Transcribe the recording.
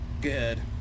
good